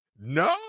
No